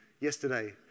yesterday